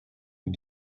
est